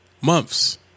months